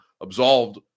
absolved